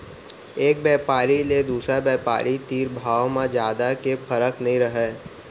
एक बेपारी ले दुसर बेपारी तीर भाव म जादा के फरक नइ रहय